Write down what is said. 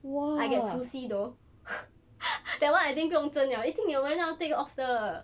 I get 初夕 though that [one] I think 不用争了一定有人要 take off 的